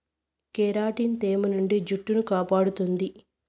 keratin తేమ నుండి జుట్టును కాపాడుతుంది